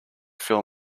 fill